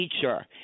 teacher –